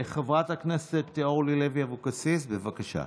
חברת הכנסת אורלי לוי אבקסיס, בבקשה.